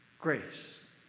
grace